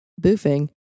boofing